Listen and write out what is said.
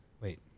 Wait